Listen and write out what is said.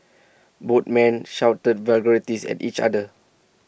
both men shouted vulgarities at each other